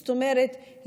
זאת אומרת,